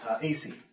AC